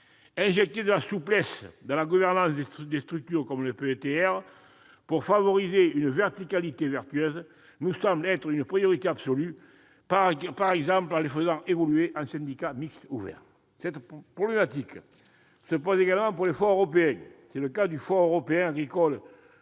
Injecter de la souplesse dans la gouvernance des structures comme les PETR pour favoriser une verticalité vertueuse nous semble être une priorité absolue, par exemple en les faisant évoluer en syndicats mixtes ouverts. Cette problématique se pose également pour les fonds européens. C'est le cas du Fonds européen agricole pour le